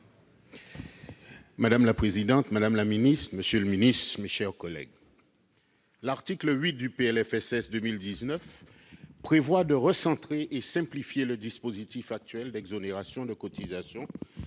Madame la présidente, madame, monsieur les ministres, mes chers collègues, l'article 8 du PLFSS pour 2019 prévoit de recentrer et de simplifier le dispositif actuel d'exonérations de cotisations